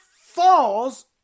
falls